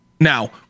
now